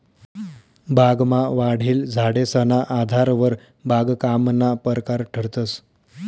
बागमा वाढेल झाडेसना आधारवर बागकामना परकार ठरतंस